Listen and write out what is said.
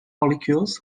molecules